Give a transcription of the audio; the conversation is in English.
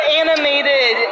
animated